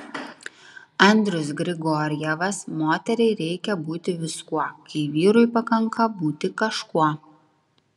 andrius grigorjevas moteriai reikia būti viskuo kai vyrui pakanka būti kažkuo